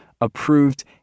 approved